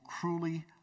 cruelly